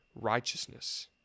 righteousness